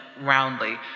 roundly